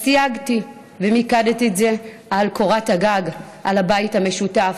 אז סייגתי ומיקדתי את זה בקורת הגג, בבית המשותף.